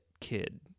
kid